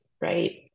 right